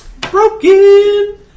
broken